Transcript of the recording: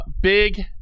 big